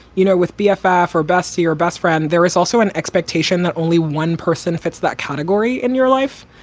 you know, with bfi for for best to your best friend, there is also an expectation that only one person fits that category in your life,